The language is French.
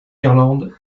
irlande